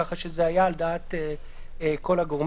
כך שזה היה על דעת כל הגורמים.